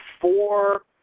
four